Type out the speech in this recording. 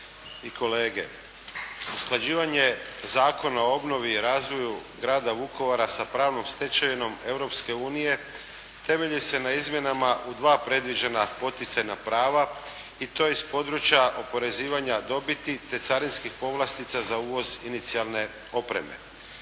kolege. Usklađivanje Zakona o obnovi i razvoju Grada Vukovara sa pravnom stečevinom Europske unije, temelji se na izmjenama u 2 predviđena poticajna prava i to iz područja oporezivanja dobiti, te carinskih povlastica za uvoz inicijalne opreme.